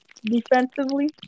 defensively